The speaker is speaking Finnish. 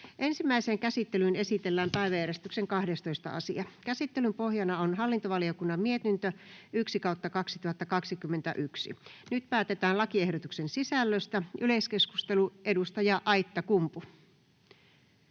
Ensimmäiseen käsittelyyn esitellään päiväjärjestyksen 10. asia. Käsittelyn pohjana on talousvaliokunnan mietintö TaVM 2/2021 vp. Nyt päätetään lakiehdotusten sisällöstä. — Edustaja Pirttilahti.